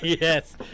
Yes